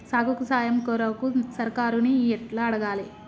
సాగుకు సాయం కొరకు సర్కారుని ఎట్ల అడగాలే?